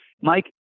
Mike